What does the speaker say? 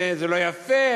וזה לא יפה.